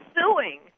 suing